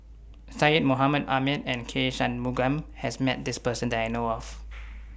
Syed Mohamed Ahmed and K Shanmugam has Met This Person that I know of